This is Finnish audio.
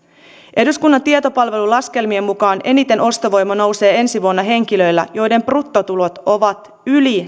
eduskunnan tietopalvelun laskelmien mukaan eniten ostovoima nousee ensi vuonna henkilöillä joiden bruttotulot ovat yli